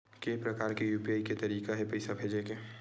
के प्रकार के यू.पी.आई के तरीका हे पईसा भेजे के?